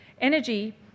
Energy